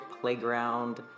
playground